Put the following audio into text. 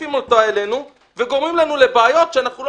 דוחפים אותה אלינו וגורמים לנו לבעיות שאנחנו לא